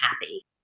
happy